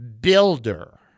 builder